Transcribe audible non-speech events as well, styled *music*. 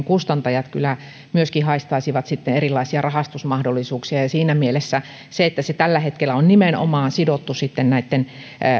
*unintelligible* kustantajat kyllä haistaisivat sitten erilaisia rahastusmahdollisuuksia ja siinä mielessä se että se tällä hetkellä on nimenomaan sidottu näitten